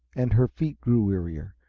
and her feet grew wearier,